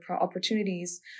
opportunities